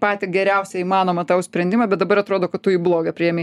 patį geriausią įmanomą tau sprendimą bet dabar atrodo kad tu jį blogą priėmei